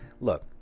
look